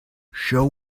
show